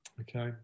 Okay